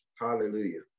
hallelujah